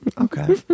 Okay